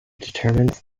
determines